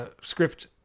script